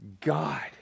God